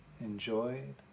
enjoyed